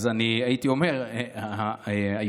היועץ שלי אמר,